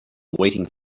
waiting